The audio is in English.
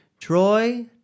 Troy